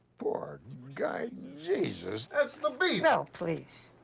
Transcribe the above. poor guy, jesus, that's the beef! oh, please.